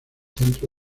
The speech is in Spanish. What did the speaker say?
centro